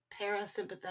parasympathetic